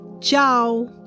Ciao